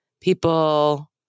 people